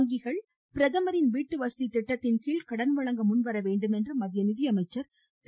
வங்கிகள் பிரதமரின் வீட்டுவசதி திட்டத்தின்கீழ் கடன் வழங்க முன்வரவேண்டும் என்று மத்திய நிதியமைச்சர் திரு